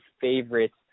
favorites